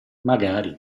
magari